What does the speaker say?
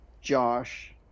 Josh